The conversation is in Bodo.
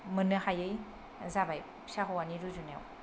मोननो हायै जाबाय फिसा हौवानि रुजुनायाव